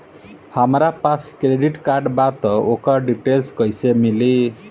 हमरा पास credit card बा त ओकर डिटेल्स कइसे मिली?